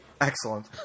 Excellent